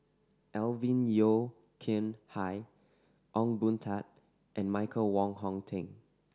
Alvin Yeo Khirn Hai Ong Boon Tat and Michael Wong Hong Teng